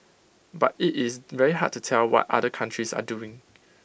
but IT is very hard to tell what other countries are doing